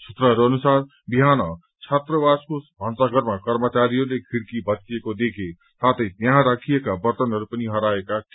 सूत्रहरू अनुसार बिहान छात्रावासको भान्साघरमा कर्मचारीहरूले खिड़की भत्किएको देखे साथै त्यहाँ राखिएको वर्तन पनि हराएको थियो